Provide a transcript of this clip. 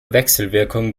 wechselwirkung